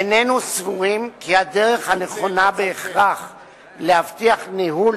איננו סבורים כי הדרך הנכונה בהכרח להבטיח ניהול